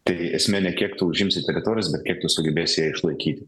tai esmė ne kiek tu užimsi teritorijos bet kiek tu sugebėsi ją išlaikyti